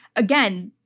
again,